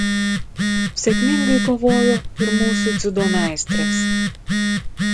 sėkmingai kovojo ir mūsų dziudo meistrės